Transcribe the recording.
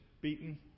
beaten